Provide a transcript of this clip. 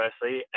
firstly